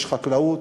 יש חקלאות,